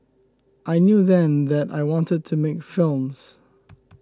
I knew then that I wanted to make films